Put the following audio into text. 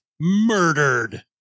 murdered